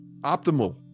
optimal